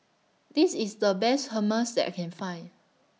This IS The Best Hummus that I Can Find